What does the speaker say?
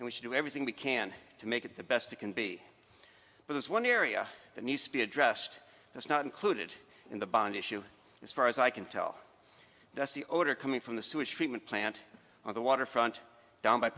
and we should do everything we can to make it the best it can be but this one area that needs to be addressed that's not included in the bond issue as far as i can tell that's the odor coming from the sewage treatment plant on the waterfront down by